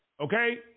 Okay